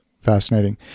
Fascinating